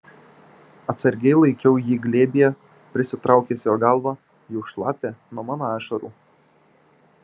atsargiai laikiau jį glėbyje prisitraukęs jo galvą jau šlapią nuo mano ašarų